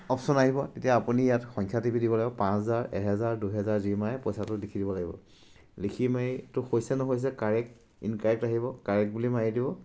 option আহিব তেতিয়া আপুনি ইয়াত সংখ্য়া টিপি দিব লাগিব পাঁচ হোজাৰ এহেজাৰ দুহেজাৰ যি মাৰে পইচাটো লিখি দিব লাগিব লিখি মাৰিটো হৈছে নহৈছে কাৰেক্ট ইনকাৰেক্ট আহিব কাৰেক্ট বুলি মাৰি দিব